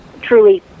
truly